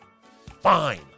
fine